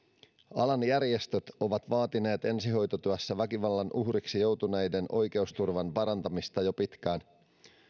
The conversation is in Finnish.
alan järjestöt ovat vaatineet ensihoitotyössä väkivallan uhriksi joutuneiden oikeusturvan parantamista jo pitkään